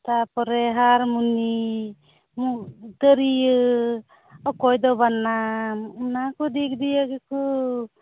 ᱛᱟᱯᱚᱨᱮ ᱦᱟᱨᱢᱚᱱᱤ ᱛᱤᱨᱭᱳ ᱚᱠᱚᱭ ᱫᱚ ᱵᱟᱱᱟᱢ ᱚᱱᱟ ᱠᱚ ᱫᱤᱠ ᱫᱤᱭᱮ ᱜᱮᱠᱚ